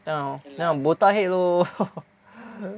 ya lor botak head lor